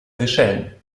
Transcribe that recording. seychellen